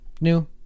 new